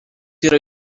yra